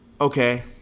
Okay